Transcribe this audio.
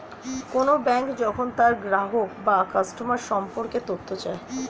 কোন ব্যাঙ্ক যখন তার গ্রাহক বা কাস্টমার সম্পর্কে তথ্য চায়